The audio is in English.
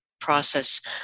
process